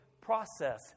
process